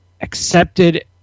accepted